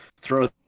throw